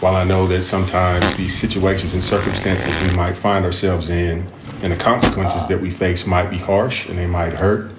while i know that sometimes these situations and circumstances we might find ourselves in and the consequences that we face might be harsh and they might hurt,